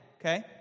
okay